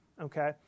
Okay